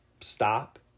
stop